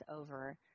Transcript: over